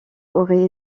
aurait